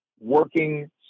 working